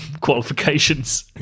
qualifications